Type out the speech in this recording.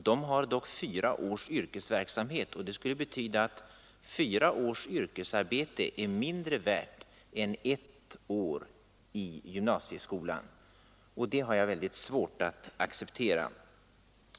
De förra har dock fyra års yrkesverksamhet, och det skulle betyda att fyra års yrkesarbete är mindre värt än ett år i gymnasieskolan. Det har jag väldigt svårt att acceptera.